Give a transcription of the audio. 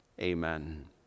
Amen